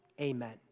Amen